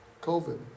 COVID